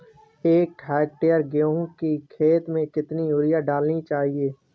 एक हेक्टेयर गेहूँ की खेत में कितनी यूरिया डालनी चाहिए?